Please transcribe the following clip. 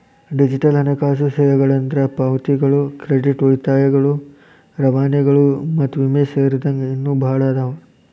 digital ಹಣಕಾಸು ಸೇವೆಗಳಂದ್ರ ಪಾವತಿಗಳು ಕ್ರೆಡಿಟ್ ಉಳಿತಾಯಗಳು ರವಾನೆಗಳು ಮತ್ತ ವಿಮೆ ಸೇರಿದಂಗ ಇನ್ನೂ ಭಾಳ್ ಅದಾವ